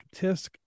Tisk